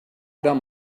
done